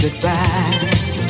goodbye